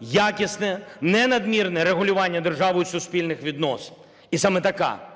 якісне, не надмірне регулювання державою суспільних відносин. І саме така